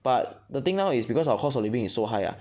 but the thing now is because our cost of living is so high ah